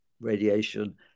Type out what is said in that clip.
radiation